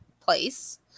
place